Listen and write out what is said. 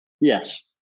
Yes